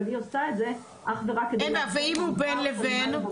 אבל היא עושה את זה אך ורק כדי --- ואם הוא בין לבין?